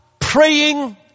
praying